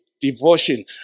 devotion